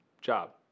job